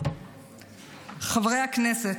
חברי הכנסת,